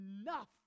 enough